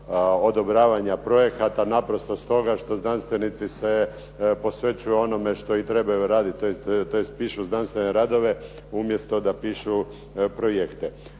odobravanja projekata, naprosto stoga što znanstvenici se posvećuju onome što i trebaju raditi tj. pišu znanstvene radove umjesto da pišu projekte.